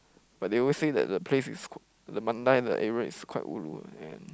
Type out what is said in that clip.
but they always say that the place is k~ the Mandai that area is quite ulu and